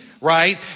right